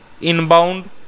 inbound